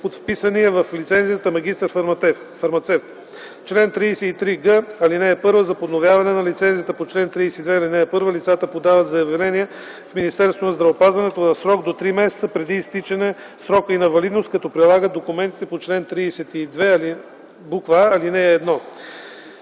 от вписания в лицензията магистър-фармацевт. Чл. 33г. (1) За подновяване на лицензията по чл. 32, ал. 1 лицата подават заявление в Министерството на здравеопазването в срок до 3 месеца преди изтичане срока й на валидност, като прилагат документите по чл. 32а, ал. 1.